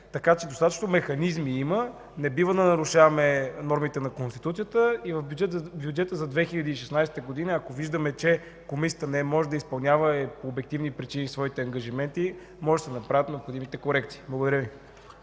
2015 г. Достатъчно механизми има, не бива да нарушаваме нормите на Конституцията и в бюджета за 2016 г., ако виждаме, че Комисията не може да изпълнява по обективни причини своите ангажименти, може да се направят необходимите корекции. Благодаря Ви.